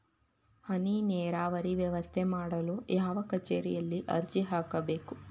ಹನಿ ನೇರಾವರಿ ವ್ಯವಸ್ಥೆ ಮಾಡಲು ಯಾವ ಕಚೇರಿಯಲ್ಲಿ ಅರ್ಜಿ ಹಾಕಬೇಕು?